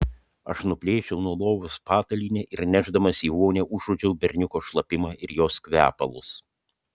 aš nuplėšiau nuo lovos patalynę ir nešdamas į vonią užuodžiau berniuko šlapimą ir jos kvepalus